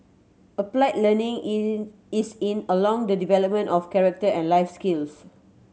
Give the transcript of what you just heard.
applied learning in is in along the development of character and life skills